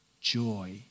Joy